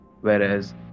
whereas